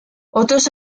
otros